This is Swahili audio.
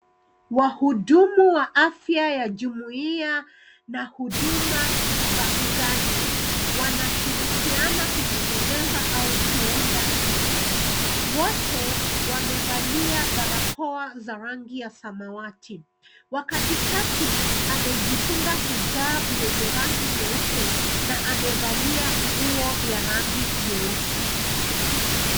Wahudumu wa afya ya jumuiya na huduma za ugani wanashirikiana kutengeneza au kuunda kitu. Wote wamevalia barakoa za rangi ya samawati. Wa katikati amejifunga hijab yenye rangi nyeupe na amevalia nguo ya rangi nyeusi.